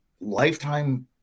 lifetime